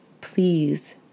please